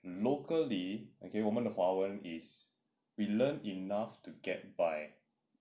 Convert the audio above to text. locally okay 我们的华文 is we learn enough to get by